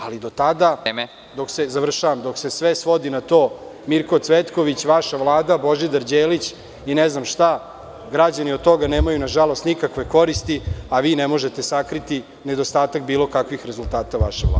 Ali, do tada …. (Predsednik: Vreme.) … završavam, dok se sve svodi na to – Mirko Cvetković, vaša Vlada, Božidar Đelić i ne znam šta, građani od toga nemaju, nažalost, nikakve koristi, a vi ne možete sakriti nedostatak bilo kakvih rezultata vaše Vlade.